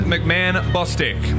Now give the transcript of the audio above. McMahon-Bostick